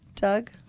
Doug